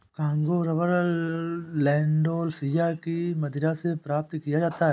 Congo rubber Landolphia की मदिरा से प्राप्त किया जाता है